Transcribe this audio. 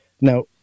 Now